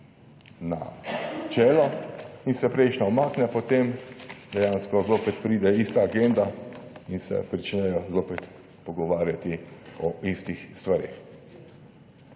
na čelo in se prejšnja umakne, potem dejansko zopet pride ista agenda in se pričnejo zopet pogovarjati o istih stvareh.